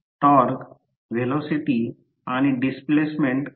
तर ही प्रत्यक्षात स्क्विरेल केज मोटर आहे